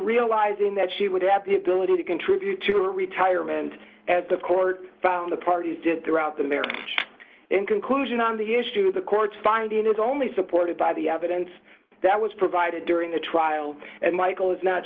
realizing that she would have the ability to contribute to a retirement at the court found the parties did throughout the marriage in conclusion on the issue of the court's findings only supported by the evidence that was provided during the trial and michael has not